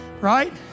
right